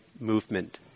movement